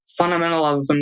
fundamentalism